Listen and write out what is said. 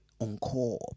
Encore